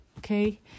Okay